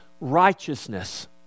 righteousness